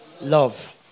love